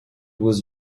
was